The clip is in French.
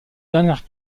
dernière